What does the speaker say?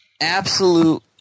absolute